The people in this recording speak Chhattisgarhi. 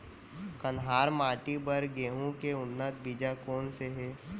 कन्हार माटी बर गेहूँ के उन्नत बीजा कोन से हे?